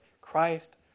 Christ